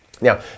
Now